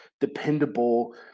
dependable